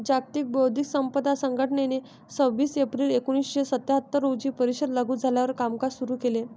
जागतिक बौद्धिक संपदा संघटनेने सव्वीस एप्रिल एकोणीसशे सत्याहत्तर रोजी परिषद लागू झाल्यावर कामकाज सुरू केले